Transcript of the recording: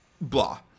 blah